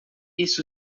isso